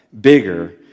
bigger